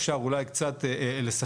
איתה אפשר אולי קצת לשחק,